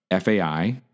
FAI